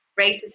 racism